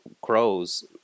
crows